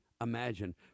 Imagine